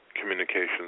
communications